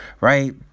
right